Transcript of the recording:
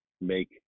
make